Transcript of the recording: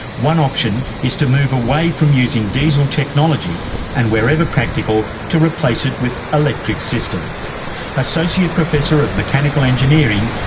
one option is to move away from using diesel technology and wherever practical to replace it with electric systems associate professor of mechanical engineering,